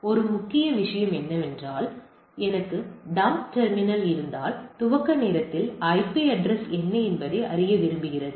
ஒரு முக்கிய விஷயம் என்னவென்றால் எனக்கு டம் டெர்மினல் இருந்தால் துவக்க நேரத்தில் ஐபி அட்ரஸ் என்ன என்பதை அறிய விரும்புகிறது